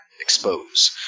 expose